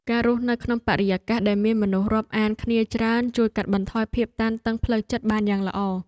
ការរស់នៅក្នុងបរិយាកាសដែលមានមនុស្សរាប់អានគ្នាច្រើនជួយកាត់បន្ថយភាពតានតឹងផ្លូវចិត្តបានយ៉ាងល្អ។